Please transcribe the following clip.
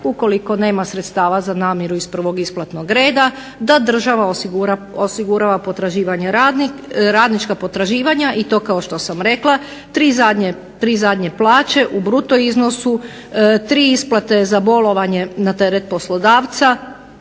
ukoliko nema sredstava za namiru iz prvog isplatnog reda da država osigurava potraživanja radnička potraživanja i to kao što sam rekla tri zadnje plaće u bruto iznosu, tri isplate za bolovanje na teret poslodavca,